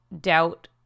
doubt